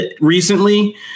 recently